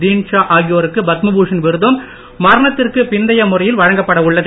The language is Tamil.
தீண்ட்ஷா ஆகியோருக்கு பத்மபூஷன் விருதும் மரணத்திற்கு பிந்திய முறையில் வழங்கப்பட உள்ளது